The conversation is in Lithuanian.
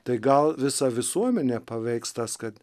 tai gal visą visuomenę paveiks tas kad